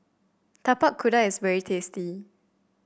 Tapak Kuda is very tasty